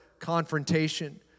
Confrontation